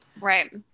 Right